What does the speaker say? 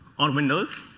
on windows?